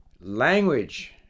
language